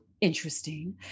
interesting